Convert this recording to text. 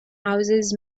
houses